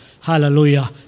Hallelujah